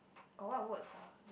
got what words ah